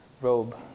robe